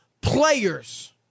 players